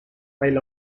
while